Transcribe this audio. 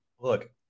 Look